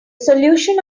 solution